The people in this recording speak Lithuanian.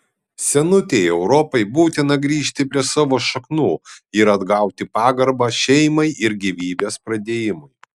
senutei europai būtina grįžti prie savo šaknų ir atgauti pagarbą šeimai ir gyvybės pradėjimui